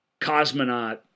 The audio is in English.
cosmonaut